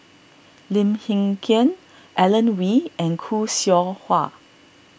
Lim Hng Kiang Alan Oei and Khoo Seow Hwa